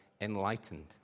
enlightened